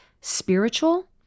spiritual